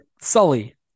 Sully